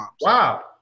Wow